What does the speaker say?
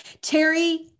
Terry